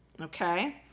okay